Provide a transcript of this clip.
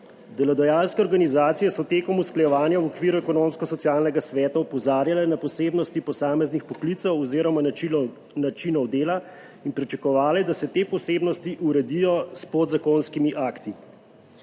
Delodajalske organizacije so tekom usklajevanja v okviru Ekonomsko-socialnega sveta opozarjale na posebnosti posameznih poklicev, oz. načinov dela in pričakovale, da se te posebnosti uredijo s podzakonskimi akti.